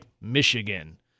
Michigan